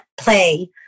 play